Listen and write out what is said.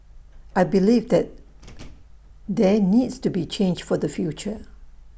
I believe that there needs to be change for the future